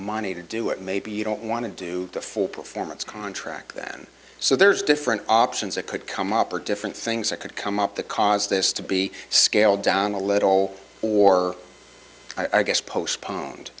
money to do it maybe you don't want to do the full performance contract then so there's different options that could come up or different things that could come up to cause this to be scaled down a little or i guess postponed